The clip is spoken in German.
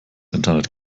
internet